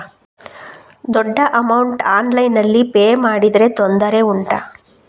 ದೊಡ್ಡ ಅಮೌಂಟ್ ಆನ್ಲೈನ್ನಲ್ಲಿ ಪೇ ಮಾಡಿದ್ರೆ ತೊಂದರೆ ಉಂಟಾ?